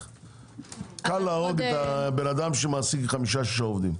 קל להרוג את האדם שמעסיק 5, 6 עובדים.